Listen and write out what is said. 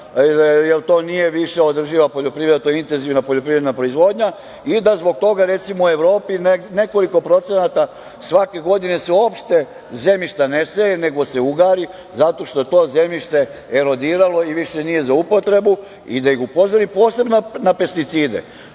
jer to nije više održiva poljoprivreda, to je intenzivna poljoprivredna proizvodnja i da zbog toga, recimo u Evropi nekoliko procenata svake godine se uopšte zemljišta ne seje nego se ugari, zato što je to zemljište erodiralo i više nije za upotrebu i da ih upozorim posebno na pesticide.